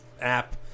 app